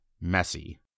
messy